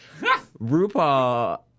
RuPaul